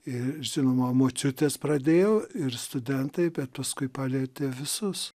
ir žinoma močiutės pradėjo ir studentai bet paskui palietė visus